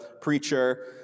preacher